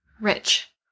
Rich